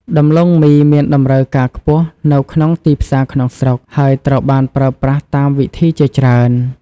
ដំឡូងមីមានតម្រូវការខ្ពស់នៅក្នុងទីផ្សារក្នុងស្រុក ហើយត្រូវបានប្រើប្រាស់តាមវិធីជាច្រើន។